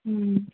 ம்